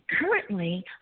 Currently